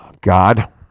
God